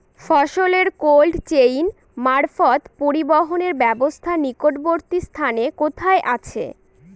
ফসলের cold chain মারফত পরিবহনের ব্যাবস্থা নিকটবর্তী স্থানে কোথায় আছে?